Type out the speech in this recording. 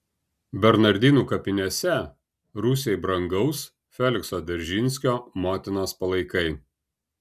bernardinų kapinėse rusijai brangaus felikso dzeržinskio motinos palaikai